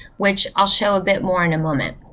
which i'll show a bit more in a moment.